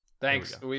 Thanks